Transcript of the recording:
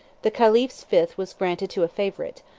the caliph's fifth was granted to a favorite,